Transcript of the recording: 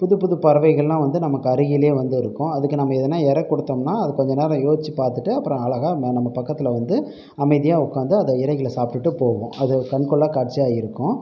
புது புது பறவைகளெலாம் வந்து நமக்கு அருகிலே வந்து இருக்கும் அதுக்கு நம்ம எதனா இரை கொடுத்தோம்னா அது கொஞ்ச நேரம் யோசித்து பார்த்துட்டு அப்புறம் அழகாக நம்ம பக்கத்தில் வந்து அமைதியாக உட்காந்து அந்த இரைகளை சாப்பிட்டுட்டு போகும் அது கண்கொள்ளா காட்சியாக இருக்கும்